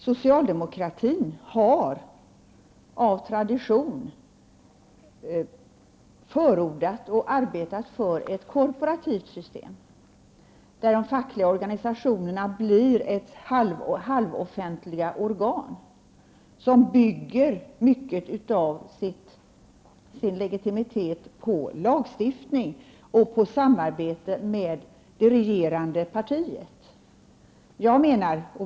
Socialdemokratin har av tradition förordat och arbetat för ett korporativt system, där de fackliga organisationerna blir halvoffentliga organ som bygger mycket av sin legitimitet på lagstiftning och sambete med det regerande partiet.